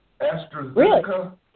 Astrazeneca